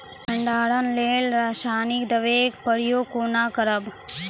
भंडारणक लेल रासायनिक दवेक प्रयोग कुना करव?